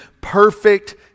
perfect